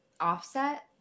offset